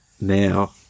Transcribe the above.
now